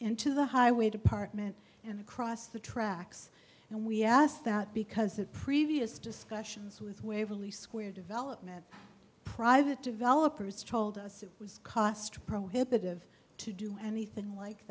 into the highway department and across the tracks and we asked that because of previous discussions with waverly square development private developers told us it was cost prohibitive to do anything like